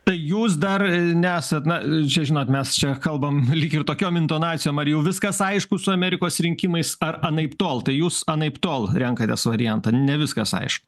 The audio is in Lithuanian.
tai jūs dar nesat na žinot mes čia kalbam lyg ir tokiom intonacijom ar jau viskas aišku su amerikos rinkimais ar anaiptol tai jūs anaiptol renkatės variantą ne viskas aišku